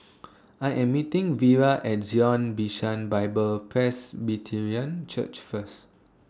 I Am meeting Vira At Zion Bishan Bible Presbyterian Church First